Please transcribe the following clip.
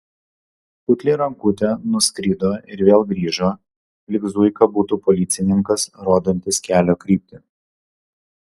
putli rankutė nuskrido ir vėl grįžo lyg zuika būtų policininkas rodantis kelio kryptį